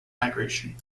migration